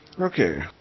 Okay